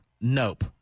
nope